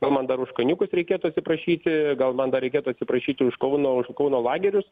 gal man dar už kaniūkus reikėtų atsiprašyti gal man dar reikėtų atsiprašyti už kauno kauno lagerius